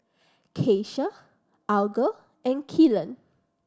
Keisha Alger and Kylan